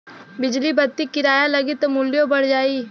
बिजली बत्ति किराया लगी त मुल्यो बढ़ जाई